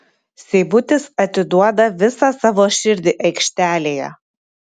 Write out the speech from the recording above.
seibutis atiduoda visą savo širdį aikštelėje